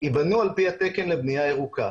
ייבנו על פי התקן לבנייה ירוקה.